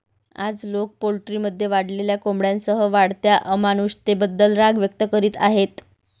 आज, लोक पोल्ट्रीमध्ये वाढलेल्या कोंबड्यांसह वाढत्या अमानुषतेबद्दल राग व्यक्त करीत आहेत